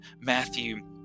Matthew